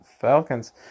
Falcons